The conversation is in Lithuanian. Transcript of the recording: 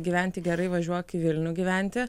gyventi gerai važiuok į vilnių gyventi